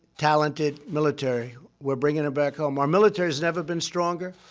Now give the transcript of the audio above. talented military. we're bringing them back home. our military has never been stronger,